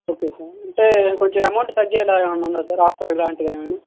okay sir అంటే కొంచం amount తగ్గేలా ఏవన్నా ఉందా సార్ ఆఫర్ లాంటివి ఏవన్నా